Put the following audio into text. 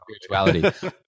spirituality